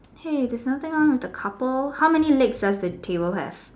hey there's something wrong with the couple how many legs does the table have